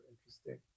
interesting